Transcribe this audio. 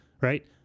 Right